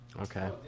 Okay